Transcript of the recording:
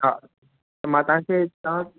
हा मां तव्हांखे तव्हां